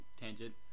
tangent